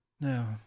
No